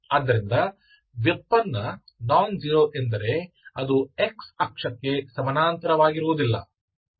ಆದ್ದರಿಂದ ವ್ಯುತ್ಪನ್ನ non zero ಎಂದರೆ ಅದು x ಅಕ್ಷಕ್ಕೆ ಸಮಾನಾಂತರವಾಗಿರುವುದಿಲ್ಲ